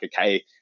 okay